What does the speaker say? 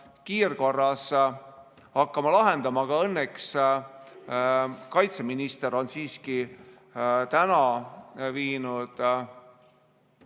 kiirkorras hakkama lahendama, aga õnneks kaitseminister on siiski täna viinud